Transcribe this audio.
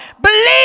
Believe